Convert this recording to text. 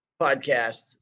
podcast